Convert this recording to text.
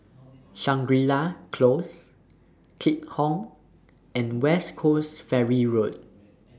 Shangri La Close Keat Hong and West Coast Ferry Road